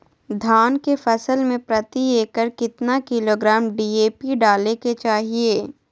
धान के फसल में प्रति एकड़ कितना किलोग्राम डी.ए.पी डाले के चाहिए?